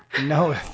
No